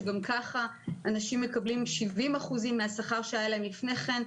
שגם כך אנשים מקבלים 70% מן השכר שהיה להם לפני כן,